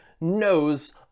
knows